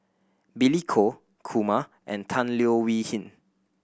Billy Koh Kumar and Tan Leo Wee Hin